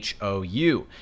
HOU